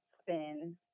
spin